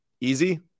Easy